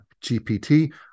GPT